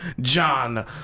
john